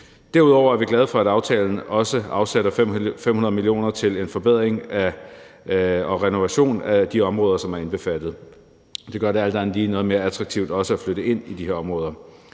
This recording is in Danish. Derudover er vi glade for, at aftalen også afsætter 500 mio. kr. til en forbedring og renovering af de områder, som er indbefattet. Det gør det alt andet lige noget mere attraktivt også at flytte ind i de her områder.